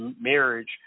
marriage